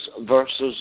versus